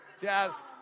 Jazz